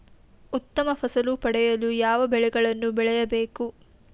ಉತ್ತಮ ಫಸಲು ಪಡೆಯಲು ಯಾವ ಬೆಳೆಗಳನ್ನು ಬೆಳೆಯಬೇಕು?